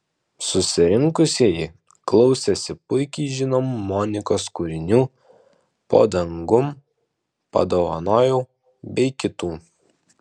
susirinkusieji klausėsi puikiai žinomų monikos kūrinių po dangum padovanojau bei kitų